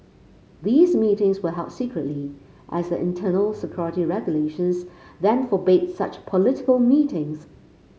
these meetings were held secretly as the internal security regulations then forbade such political meetings